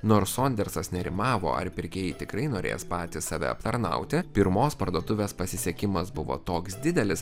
nors sondersas nerimavo ar pirkėjai tikrai norės patys save aptarnauti pirmos parduotuvės pasisekimas buvo toks didelis